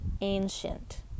ancient